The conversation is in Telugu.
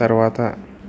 తరువాత